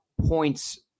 points